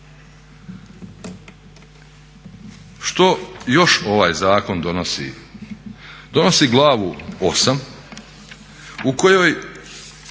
Što još ovaj zakon donosi? Donosi Glavu 8 u kojoj